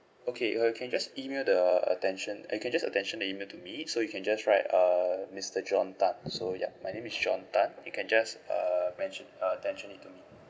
okay or you can just email the uh attention uh you can just attention the email to me so you can just write uh mister john tan so ya my name is john tan you can just uh mention uh attention it to me